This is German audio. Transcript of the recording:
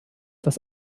das